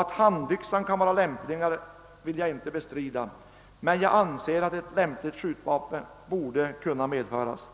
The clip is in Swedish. Att handyxan kan vara lämpligare vill jag visserligen inte bestrida, men jag anser att ett lämpligt skjutvapen borde kunna medföras.